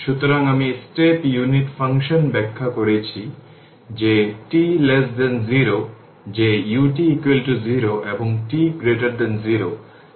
সুতরাং আমি step unit function ব্যাখ্যা করেছি যে t 0 যে ut 0 এবং t 0 যে ut 1